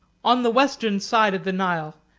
on the western side of the nile,